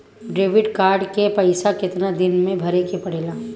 Credit card के पइसा कितना दिन में भरे के पड़ेला?